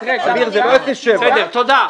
תודה.